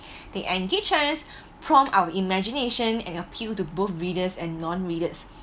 they engage us prompt our imagination and appeal to both readers and non-readers